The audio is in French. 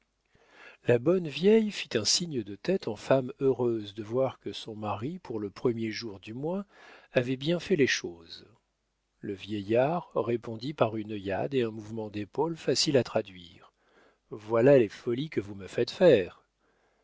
la bonne vieille fit un signe de tête en femme heureuse de voir que son mari pour le premier jour du moins avait bien fait les choses le vieillard répondit par une œillade et un mouvement d'épaules facile à traduire voilà les folies que vous me faites faire